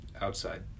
outside